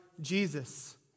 Jesus